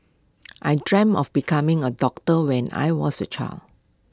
I dreamt of becoming A doctor when I was A child